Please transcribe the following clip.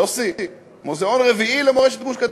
יוסי, מוזיאון רביעי למורשת גוש-קטיף.